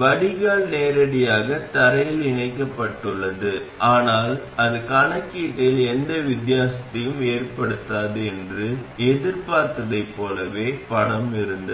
வடிகால் நேரடியாக தரையில் இணைக்கப்பட்டுள்ளது ஆனால் அது கணக்கீட்டில் எந்த வித்தியாசத்தையும் ஏற்படுத்தாது என்று எதிர்பார்த்ததைப் போலவே படம் இருந்தது